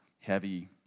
heavy